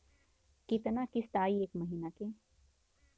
कितना किस्त आई एक महीना के?